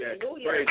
Hallelujah